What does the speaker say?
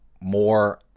more